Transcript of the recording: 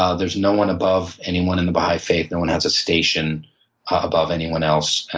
ah there's no one above anyone in the baha'i faith no one has a station above anyone else.